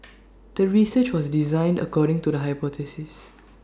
the research was designed according to the hypothesis